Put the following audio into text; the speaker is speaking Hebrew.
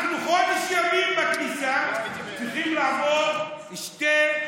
אנחנו חודש ימים בכניסה צריכים לעבור שני,